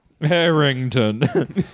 Harrington